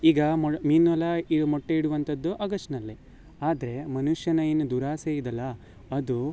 ಈಗ ಮೀನು ಎಲ್ಲ ಈಗ ಮೊಟ್ಟೆ ಇಡುವಂಥದ್ದು ಆಗಶ್ಟ್ನಲ್ಲಿ ಆದರೆ ಮನುಷ್ಯನ ಏನು ದುರಾಸೆ ಇದ್ಯಲ್ಲ ಅದು